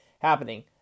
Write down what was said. happening